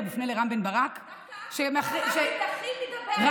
זה מופנה לרם בן ברק,